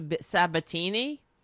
Sabatini